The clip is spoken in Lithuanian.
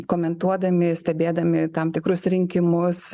komentuodami stebėdami tam tikrus rinkimus